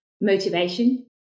motivation